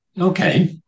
Okay